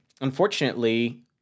unfortunately